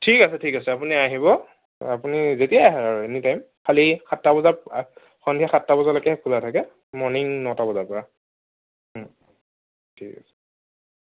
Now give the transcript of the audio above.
ঠিক আছে ঠিক আছে আপুনি আহিব আপুনি যেতিয়াই আহে আৰু এনিটাইম খালী সাতটা বজাত সন্ধিয়া সাতটা বজালৈকেহে খোলা থাকে মৰ্ণিং নটা বজাৰপৰা ঠিক আছে